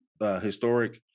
historic